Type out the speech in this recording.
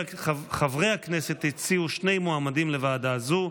חברי הכנסת הציעו שני מועמדים לוועדה הזו,